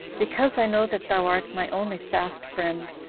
because i know that thou art my only fast friend,